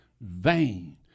vain